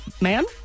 man